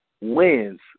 wins